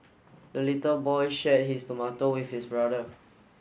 the little boy shared his tomato with his brother